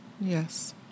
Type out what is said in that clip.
Yes